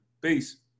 Peace